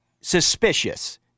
suspicious